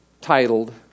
titled